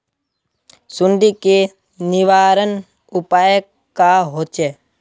सुंडी के निवारण उपाय का होए?